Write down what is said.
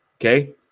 okay